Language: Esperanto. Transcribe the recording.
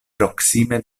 proksime